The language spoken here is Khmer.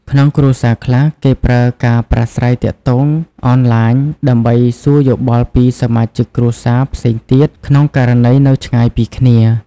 ក្នុងគ្រួសារខ្លះ គេប្រើការប្រាស្រ័យទាក់ទងអនឡាញ ដើម្បីសួរយោបល់ពីសមាជិកគ្រួសារផ្សេងទៀត ក្នុងករណីនៅឆ្ងាយពីគ្នា។